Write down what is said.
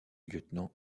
lieutenant